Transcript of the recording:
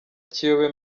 kiyobe